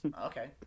Okay